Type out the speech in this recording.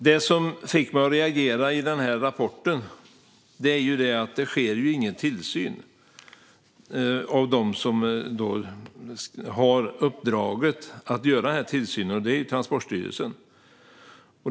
Det som fick mig att reagera i rapporten är att det inte sker någon tillsyn av dem som har uppdraget att göra besiktningarna, det vill säga Transportstyrelsen.